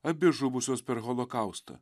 abi žuvusios per holokaustą